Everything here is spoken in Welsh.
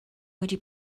wedi